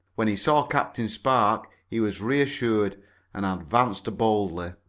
when he saw captain spark he was reassured and advanced boldly.